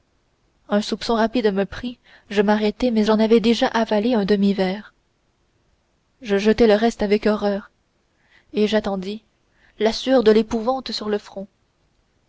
un soupçon rapide me prit je m'arrêtai mais j'en avais déjà avalé un demi-verre je jetai le reste avec horreur et j'attendis la sueur de l'épouvante au front